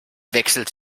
wechselt